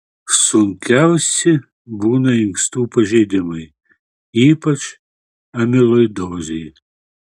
sunkiausi būna inkstų pažeidimai ypač amiloidozė